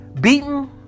beaten